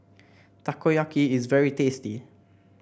takoyaki is very tasty